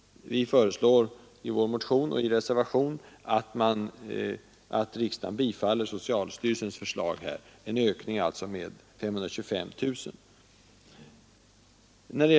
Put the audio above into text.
Vi föreslår i vår motion och i reservation att riksdagen bifaller socialstyrelsens förslag, vilket alltså innebär en ökning med 525 000 kronor.